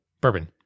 Bourbon